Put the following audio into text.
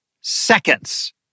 seconds